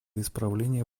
исправления